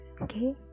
Okay